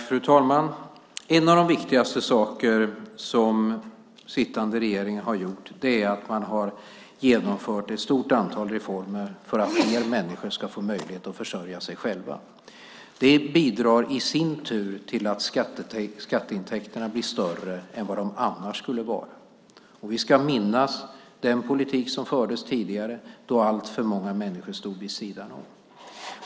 Fru ålderspresident! En av de viktigaste sakerna som den sittande regeringen har gjort är att genomföra ett stort antal reformer för att fler människor ska få möjlighet att försörja sig själva. Det bidrar i sin tur till att skatteintäkterna blir större än vad de annars skulle vara. Vi ska minnas den politik som fördes tidigare då alltför många människor stod vid sidan av.